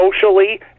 socially